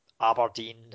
Aberdeen